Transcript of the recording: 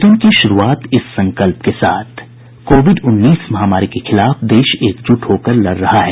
bulletin की शुरूआत इस संकल्प के साथ कोविड उन्नीस महामारी के खिलाफ देश एकजुट होकर लड़ रहा है